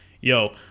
yo